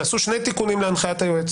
נעשו שני תיקונים להנחיית היועץ